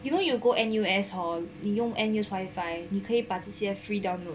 you know you go N_U_S hor 你用 N_U_S wifi 你可以把这些 free download